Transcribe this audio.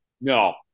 No